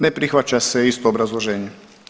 Ne prihvaća se, isto obrazloženje.